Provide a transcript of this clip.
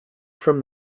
from